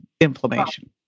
inflammation